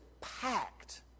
packed